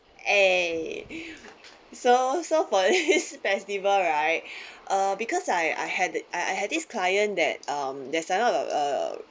eh so so for this festival right uh because I I had I had this client that um there's a lot of uh